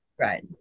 right